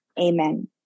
Amen